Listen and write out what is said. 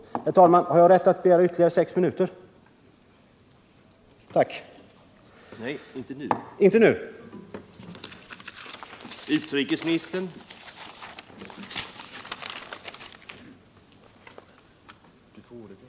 Min taletid är nu slut men jag antar, herr talman, att jag än en gång har rätt att begära ordet för ett anförande på sex minuter.